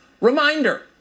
Reminder